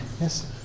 Yes